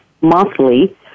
monthly